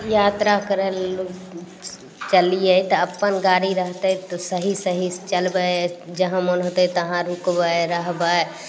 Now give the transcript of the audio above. यात्रा कर लए चललियै तऽ अपन गाड़ी रहतय तऽ सही सही चलबय जहाँ मन होतय तहाँ रुकबय रहबय